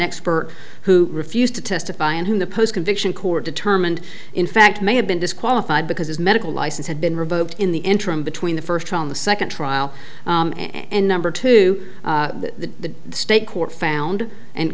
expert who refused to testify and who the post conviction court determined in fact may have been disqualified because his medical license had been revoked in the interim between the first trial in the second trial and number two the state court found and